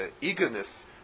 eagerness